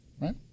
right